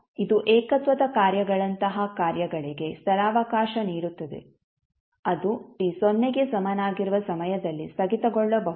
ಆದ್ದರಿಂದ ಇದು ಏಕತ್ವದ ಕಾರ್ಯಗಳಂತಹ ಕಾರ್ಯಗಳಿಗೆ ಸ್ಥಳಾವಕಾಶ ನೀಡುತ್ತದೆ ಅದು t ಸೊನ್ನೆಗೆ ಸಮನಾಗಿರುವ ಸಮಯದಲ್ಲಿ ಸ್ಥಗಿತಗೊಳ್ಳಬಹುದು